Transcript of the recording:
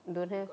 don't have